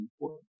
important